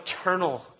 eternal